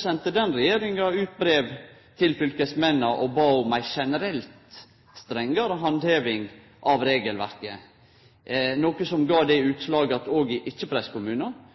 sende den regjeringa ut brev til fylkesmennene og bad om ei generelt strengare handheving av regelverket, noko som gav det utslaget at òg i ikkje-presskommunar fekk ein ei innstramming av regelverket for strandsona. Så eg synest ikkje